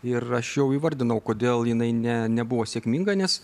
ir aš jau įvardinau kodėl jinai ne nebuvo sėkminga nes